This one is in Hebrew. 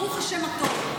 ברוך השם הטוב,